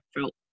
felt